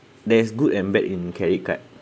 there's good and bad in credit card